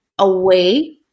away